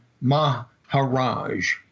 Maharaj